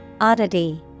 Oddity